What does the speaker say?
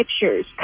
pictures